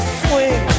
swing